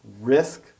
risk